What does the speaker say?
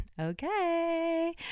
okay